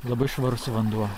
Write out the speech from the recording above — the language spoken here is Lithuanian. labai švarus vanduo